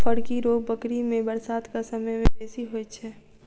फड़की रोग बकरी मे बरसातक समय मे बेसी होइत छै